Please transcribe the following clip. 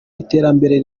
iterambere